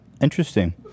Interesting